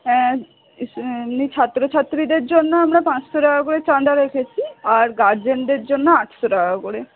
হ্যাঁ এমনি ছাত্রছাত্রীদের জন্য আমরা পাঁচশো টাকা করে চাঁদা রেখেছি আর গার্জেনদের জন্য আটশো টাকা করে